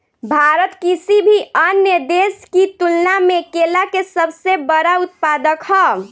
भारत किसी भी अन्य देश की तुलना में केला के सबसे बड़ा उत्पादक ह